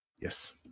yes